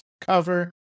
cover